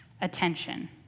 attention